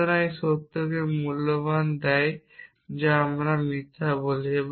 সুতরাং এই সত্যকে মূল্য দেয় যাকে আমরা মিথ্যা বলি